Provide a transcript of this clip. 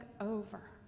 over